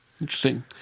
Interesting